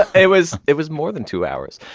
it was it was more than two hours